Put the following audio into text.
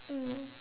mm